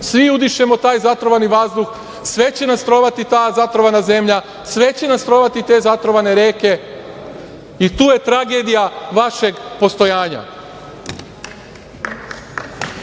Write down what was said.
Svi udišemo taj zatrovani vazduh, sve će nas trovati ta zatrovana zemlja, sve će nas trovati te zatrovane reke i tu je tragedija vašeg postojanja.